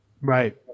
right